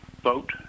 vote